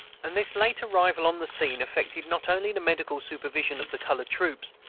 and this late arrival on the scene affected not only the medical supervision of the colored troops,